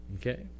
okay